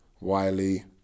Wiley